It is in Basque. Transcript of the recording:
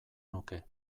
nuke